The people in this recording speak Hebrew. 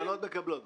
הבנות מקבלות.